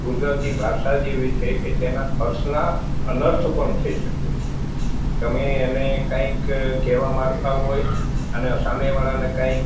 ગુજરાતી ભાષા જ એવી છે કે જેના અર્થના અનર્થ પણ થઈ શકે તમે એને કાંઈક કહેવા માંગતા હોય અને સામે વાળાને કાંઈક